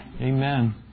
Amen